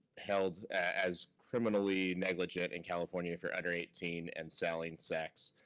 held as criminally negligent in california if you're under eighteen and selling sex.